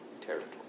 territory